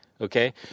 okay